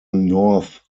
north